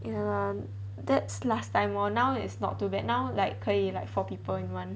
ya that's last time for now is not too bad now like 可以 like four people in one